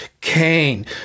Cain